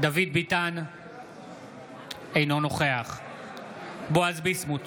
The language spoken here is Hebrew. אינו נוכח בועז ביסמוט,